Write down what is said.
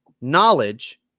knowledge